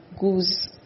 goose